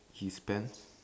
his pants